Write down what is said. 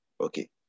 okay